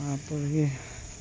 তাৰোপৰি